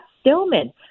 stillman